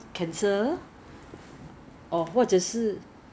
有 so their things are also usually from Taobao